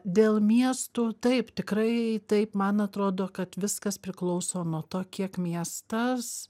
dėl miestų taip tikrai taip man atrodo kad viskas priklauso nuo to kiek miestas